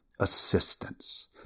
assistance